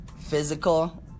physical